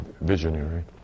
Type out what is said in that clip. visionary